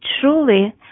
truly